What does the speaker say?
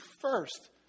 first